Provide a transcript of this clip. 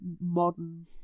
modern